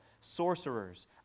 sorcerers